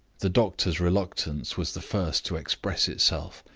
the doctor's reluctance was the first to express itself.